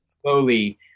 slowly